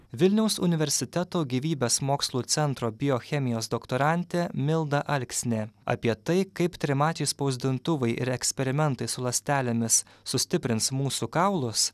vilniaus universiteto gyvybės mokslų centro biochemijos doktorantė milda alksnė apie tai kaip trimačiai spausdintuvai ir eksperimentai su ląstelėmis sustiprins mūsų kaulus